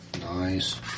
Nice